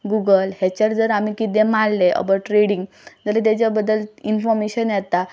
Google हेचेर जर आमी कितें मारलें अबावट ट्रेडींग जाल्यार तेज्या बद्दल इनफॉर्मेशन येता